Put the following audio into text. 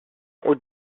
haute